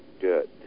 Good